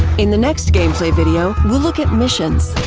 in the next gameplay video we'll look at missions,